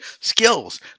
skills